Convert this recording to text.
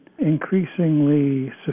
increasingly